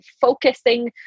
focusing